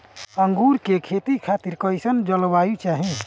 अंगूर के खेती खातिर कइसन जलवायु चाही?